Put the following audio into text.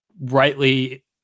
rightly